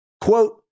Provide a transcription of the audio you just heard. quote